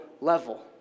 level